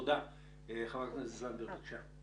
חברת הכנסת זנדברג, בבקשה.